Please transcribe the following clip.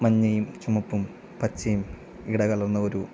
മഞ്ഞയും ചുമപ്പും പച്ചയും ഇടകലർന്ന ഒരു